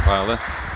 Hvala.